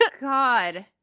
God